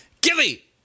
Gilly